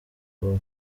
paul